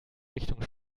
richtung